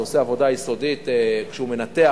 שעושה עבודה יסודית כשהוא מנתח,